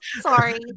Sorry